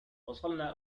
وصلنا